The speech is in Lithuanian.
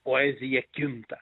poezija kinta